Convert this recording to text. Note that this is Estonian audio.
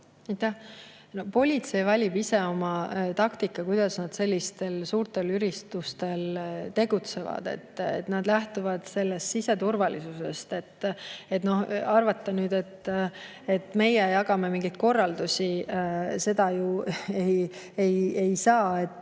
Aitäh! Politsei valib ise oma taktika, kuidas nad sellistel suurtel üritustel tegutsevad. Nad lähtuvad siseturvalisusest. Arvata, et meie jagame mingeid korraldusi – seda me ju ei saa.